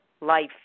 life